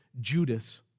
Judas